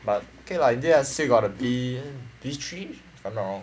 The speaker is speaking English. but okay lah in the end I still got A B B three if I'm not wrong